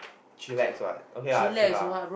chillax what okay lah true lah